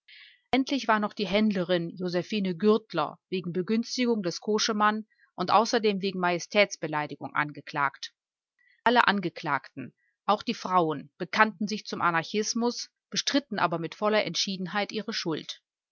endlich war noch die händlerin josephine gürtler wegen begünstigung des koschemann und außerdem wegen majestätsbeleidigung angeklagt alle angeklagten auch die frauen bekannten sich zum anarchismus bestritten aber mit voller entschiedenheit ihre schuld